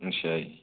ਅੱਛਾ ਜੀ